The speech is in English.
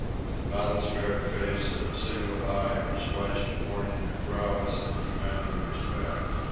with a battle-scarred face and a single eye which flashed a warning of prowess that commanded respect.